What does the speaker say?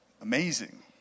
Amazing